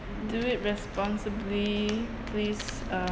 do it responsibly please um